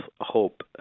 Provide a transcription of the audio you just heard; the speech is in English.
hope